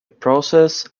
process